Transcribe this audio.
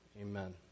Amen